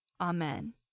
Amen